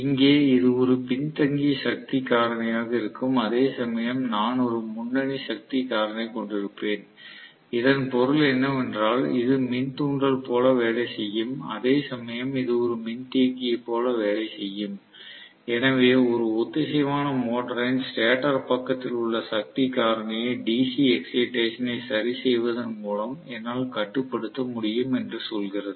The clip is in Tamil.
இங்கே இது ஒரு பின்தங்கிய சக்தி காரணியாக இருக்கும் அதேசமயம் நான் ஒரு முன்னணி சக்தி காரணி கொண்டிருப்பேன் இதன் பொருள் என்னவென்றால் இது மின்தூண்டல் போல வேலை செய்யும் அதேசமயம் இது ஒரு மின்தேக்கியை போல வேலை செய்யும் எனவே ஒரு ஒத்திசைவான மோட்டரின் ஸ்டேட்டர் பக்கத்தில் உள்ள சக்தி காரணியை DC எக்ஸைடேசன் ஐ சரிசெய்வதன் மூலம் என்னால் கட்டுப்படுத்த முடியும் என்று சொல்கிறது